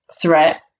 threat